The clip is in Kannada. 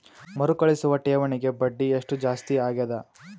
ಮರುಕಳಿಸುವ ಠೇವಣಿಗೆ ಬಡ್ಡಿ ಎಷ್ಟ ಜಾಸ್ತಿ ಆಗೆದ?